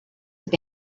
have